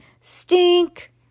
Stink